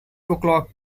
o’clock